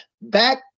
back